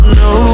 no